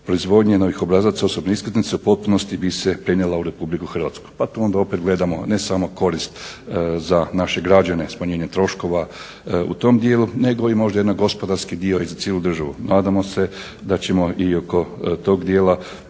proizvodnje novih obrazaca osobne iskaznice u potpunosti bi se prenijela u RH. Pa tu onda opet gledamo ne samo korist za naše građane, smanjenje troškova u tom dijelu, nego i možda jedan gospodarski dio i za cijelu državu. Nadamo se da ćemo i oko tog dijela